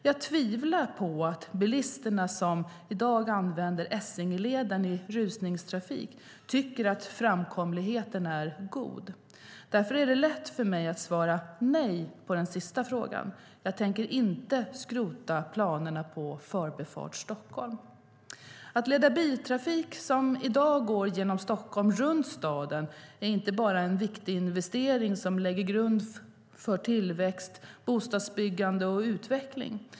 Jag tvivlar på att de bilister som använder Essingeleden i rusningstrafik tycker att framkomligheten är god. Därför är det lätt för mig att svara nej på den sista frågan: Jag tänker inte skrota planerna på Förbifart Stockholm. Att leda biltrafik som i dag går genom Stockholm runt staden är inte bara en viktig investering som lägger grund för tillväxt, bostadsbyggande och utveckling.